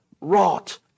wrought